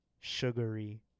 sugary